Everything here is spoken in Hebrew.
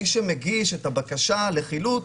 מי שמגיש את הבקשה לחילוט,